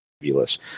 fabulous